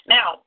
Now